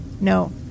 No